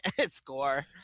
Score